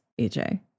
AJ